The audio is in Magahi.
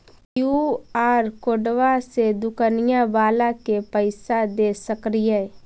कियु.आर कोडबा से दुकनिया बाला के पैसा दे सक्रिय?